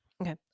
Okay